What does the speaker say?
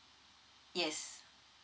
yes